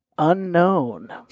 unknown